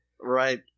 Right